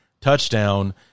touchdown